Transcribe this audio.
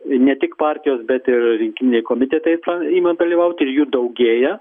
ne tik partijos bet ir rinkiminiai komitetai pa ima dalyvaut ir jų daugėja